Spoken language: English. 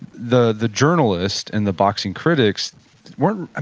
the the journalists and the boxing critics weren't, and